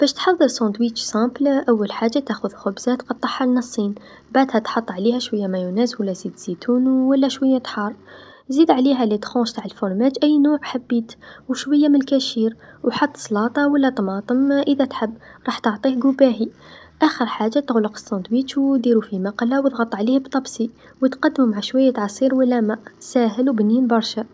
باش تحضر سوندويتش سامبل، أول حاجه تاخذ خبز تقطعها نصين بعدها تحط عليها شويا ميونيز و لا زيت الزيتون و لا شويا حار، زيد عليها قطع من لفرماج أي نوع حبيت و شويا من الكاشير و حط صلاطه و لا طماطم إذا تحب راح تعطيه ذوق باهي، آخر حاجه تغلق سندويش و ديرو في مقله و ضغط عليه بطبسي و تقدمو مع شويه عصير و لا ما، ساهل و بنين برشا.